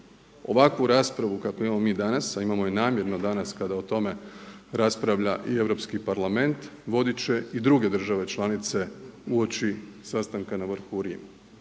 Ovakvu raspravu kakvu imamo mi danas, a imamo je namjerno danas kada o tome raspravlja i Europski parlament vodit će i druge države članice uoči sastanka na vrhu u Rimu